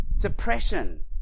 depression